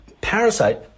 parasite